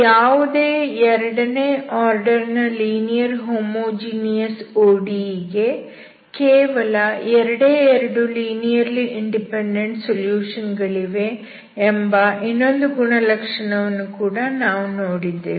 ಯಾವುದೇ ಎರಡನೇ ಆರ್ಡರ್ ನ ಲೀನಿಯರ್ ಹೋಮೋಜಿನಿಯಸ್ ODE ಗೆ ಕೇವಲ ಎರಡೇ ಎರಡು ಲೀನಿಯರ್ಲಿ ಇಂಡಿಪೆಂಡೆಂಟ್ ಸೊಲ್ಯೂಷನ್ ಗಳಿವೆ ಎಂಬ ಇನ್ನೊಂದು ಗುಣಲಕ್ಷಣವನ್ನು ಕೂಡ ನಾವು ನೋಡಿದ್ದೇವೆ